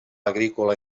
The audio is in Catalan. agrícola